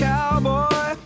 Cowboy